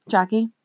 Jackie